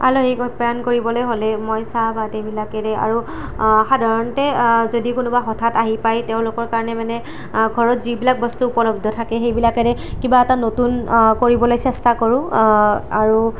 আলহীক আপ্যায়ন কৰিবলৈ হ'লে মই চাহ ভাত এইবিলাকেৰে আৰু সাধাৰণতে যদি কোনোবা হঠাৎ আহি পায় তেওঁলোকৰ কাৰণে মানে ঘৰত যিবিলাক বস্তু উপলব্ধ থাকে সেইবিলাকেৰে কিবা এটা নতুন কৰিবলৈ চেষ্টা কৰোঁ আৰু